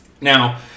Now